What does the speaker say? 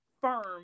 firm